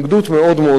מדאיגה.